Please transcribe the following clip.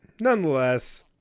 nonetheless